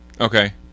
Okay